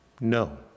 No